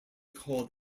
called